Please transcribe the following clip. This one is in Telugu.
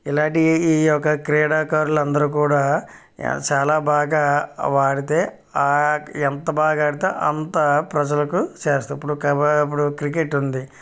ఇలాంటివి ఈ యొక్క క్రీడాకారులు అందరు కూడా చాలా బాగా ఆడితే ఆ ఎంత బాగా ఆడితే అంత ప్రజలకు చేస్తారు ఇప్పుడు కబడ్డీ ఇప్పుడు క్రికెట్ ఉంది